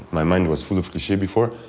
my mind was full of cliches before.